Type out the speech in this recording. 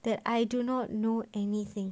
that I do not know anything